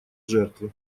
жертвы